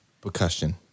percussion